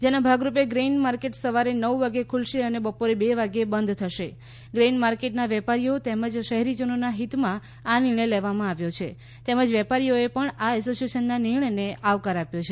જેના ભાગરૂપે grain market સવારે નવ વાગ્યે ખુલશે અને બપોરે બે વાગ્યે બંધ થશે ગ્રેઇન માર્કેટના વેપારીઓ તેમજ શહેરીજનોના હિતમાં આ નિર્ણય લેવામાં આવ્યો છે તેમજ વેપારીઓએ પણ એસોસિએશનના આ નિર્ણયને આવકાર આપ્યો છે